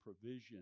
provision